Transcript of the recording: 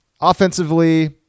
Offensively